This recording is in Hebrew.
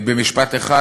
במשפט אחד,